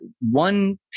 one